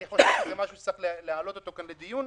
אבל אני חושב שזה משהו שצריך להעלות אותו כאן לדיון.